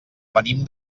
venim